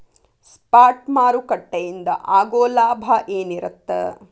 Spot ಮಾರುಕಟ್ಟೆಯಿಂದ ಆಗೋ ಲಾಭ ಏನಿರತ್ತ?